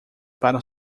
para